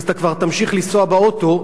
אז אתה כבר תמשיך לנסוע באוטו,